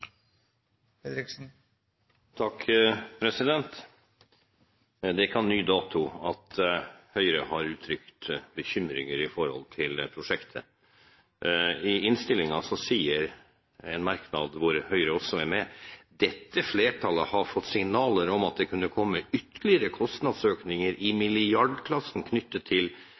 ny dato at Høyre har uttrykt bekymringer for prosjektet. I innstillingen blir det sagt i en merknad hvor også Høyre er med: «Dette flertallet har fått signaler om at det kunne komme ytterligere kostnadsøkninger i milliardklassen knyttet til